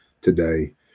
today